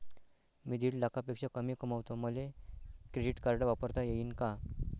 मी दीड लाखापेक्षा कमी कमवतो, मले क्रेडिट कार्ड वापरता येईन का?